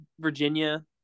Virginia